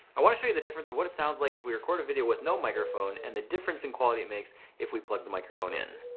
i want to show you the difference of what it sounds like if we record a video with no microphone and the difference in quality it makes if we plug microphone in.